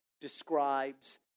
describes